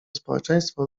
społeczeństwo